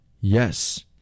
Yes